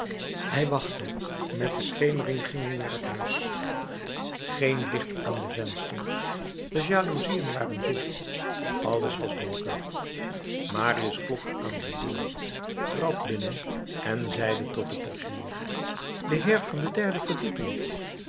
hij wachtte met de schemering ging hij naar het huis geen licht aan de vensters de jaloezieën waren dicht alles was donker marius klopte aan de deur trad binnen en zeide tot den portier de heer der derde verdieping